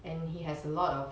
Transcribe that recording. and he has a lot of